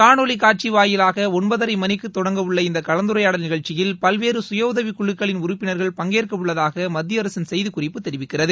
காணொலி காட்சி வாயிலாக ஒன்பதரைமணிக்கு தொடங்கவுள்ள இந்த கலந்துரையாடல் நிகழ்ச்சியில் பல்வேறு சுயஉதவிக்குழுக்களின் உறுப்பினர்கள் பங்கேற்கவுள்ளதாக மத்தியஅரசின் செய்திக்குறிப்பு தெரிவிக்கிறது